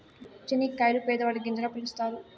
చనిక్కాయలను పేదవాడి గింజగా పిలుత్తారు